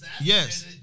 Yes